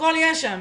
הכול יש שם.